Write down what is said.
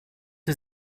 sie